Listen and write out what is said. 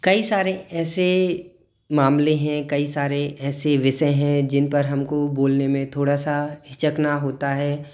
कई सारे ऐसे मामले हैं कई सारे ऐसे विषय हैं जिन पर हमको बोलने में थोड़ा सा हिचकना होता है